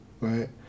right